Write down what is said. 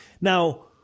now